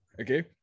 Okay